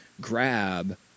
grab